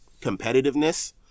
competitiveness